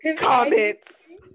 comments